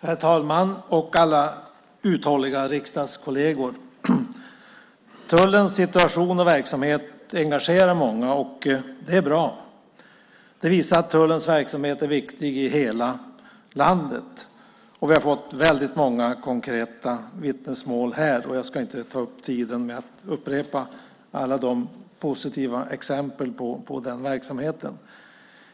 Herr talman! Alla uthålliga riksdagskolleger! Tullens situation och verksamhet engagerar många. Det är bra. Det visar att tullens verksamhet är viktig i hela landet. Vi har fått väldigt många konkreta vittnesmål här. Jag ska inte ta upp tiden med att upprepa alla de positiva exemplen på den verksamheten.